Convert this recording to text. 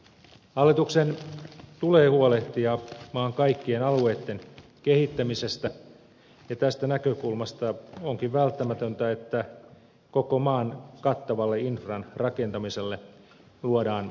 hallituksen tulee huolehtia maan kaikkien alueitten kehittämisestä ja tästä näkökulmasta onkin välttämätöntä että koko maan kattavalle infran rakentamiselle luodaan edellytykset